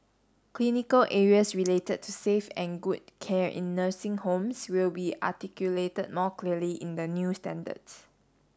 clinical areas related to safe and good care in nursing homes will be articulated more clearly in the new standards